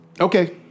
Okay